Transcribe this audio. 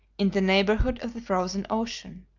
in the neighbourhood of the frozen ocean.